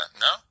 No